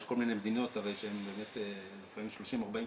יש כל מיני מדינות שזה באמת לפעמים 30 או 40 שקלים,